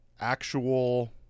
actual